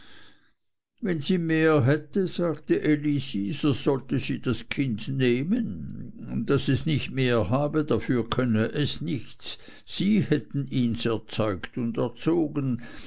wenn sie mehr hätte sagte elisi so sollte sie das kind nehmen daß es nicht mehr habe dafür könne es nichts sie hätten ihns erzeugt und erzogen